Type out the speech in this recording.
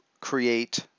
create